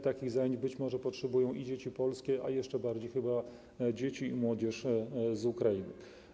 Takich zajęć być może potrzebują dzieci polskie, a jeszcze bardziej dzieci i młodzież z Ukrainy.